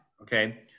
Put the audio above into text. Okay